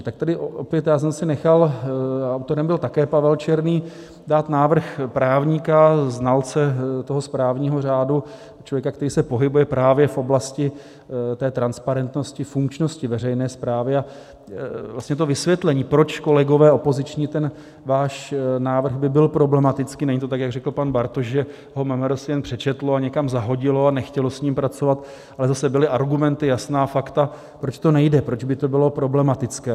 Tak tedy opět, já jsem si nechal autorem byl také Pavel Černý dát návrh právníka, znalce správního řádu, člověka, který se pohybuje právě v oblasti transparentnosti, funkčnosti veřejné správy, a vlastně to vysvětlení, proč, kolegové opoziční, váš návrh by byl problematický není to tak, jak řekl pan Bartoš, že si ho MMR jen přečetlo a někam zahodilo a nechtělo s ním pracovat ale zase byly argumenty, jasná fakta, proč to nejde, proč by to bylo problematické.